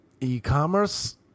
E-commerce